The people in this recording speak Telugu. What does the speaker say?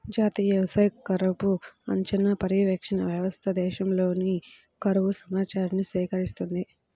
జాతీయ వ్యవసాయ కరువు అంచనా, పర్యవేక్షణ వ్యవస్థ దేశంలోని కరువు సమాచారాన్ని సేకరిస్తుంది